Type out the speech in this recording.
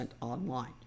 online